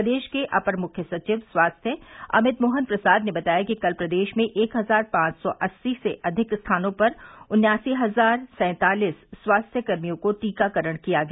प्रदेश के अपर मुख्य सचिव स्वास्थ्य अमित मोहन प्रसाद ने बताया कि कल प्रदेश में एक हजार पांच सौ अस्सी से अधिक स्थानों पर उन्यासी हजार सैंतालिस स्वास्थ्य कर्मियां का टीकाकरण किया गया